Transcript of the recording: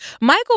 Michael